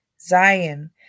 Zion